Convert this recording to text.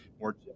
more